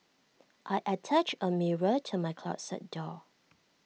I attached A mirror to my closet door